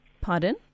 Pardon